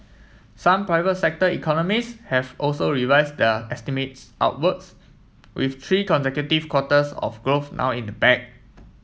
some private sector economists have also revise their estimates upwards with three consecutive quarters of growth now in the bag